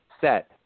set